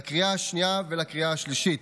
לקריאה השנייה והשלישית.